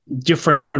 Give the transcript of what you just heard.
different